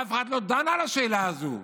ואף אחד לא דן על השאלה הזו,